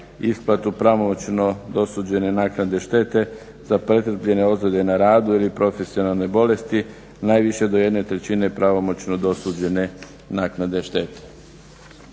isplatu pravomoćno dosuđene naknade štete za pretrpljene ozljede na radu ili profesionalne bolesti najviše do jedne trećine pravomoćno dosuđene naknade štete.